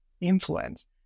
influence